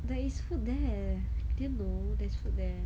there is food there didn't know there's food there